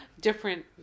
Different